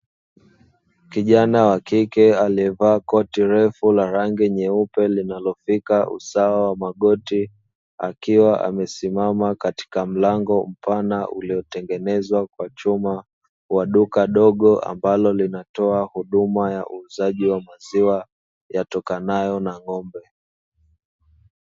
Kijana wa kike aliye vaa koti refu la rangi nyeupe, linalofika usawa wa magoti, akiwa amesimama katika mlango mpana uliotengenezwa kwa chuma wa duka dogo, ambalo linatoa huduma ya uuzaji wa maziwa yatokanayo na ng’ombe.